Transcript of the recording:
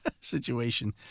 situation